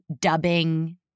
dubbing